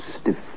stiff